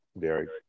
derek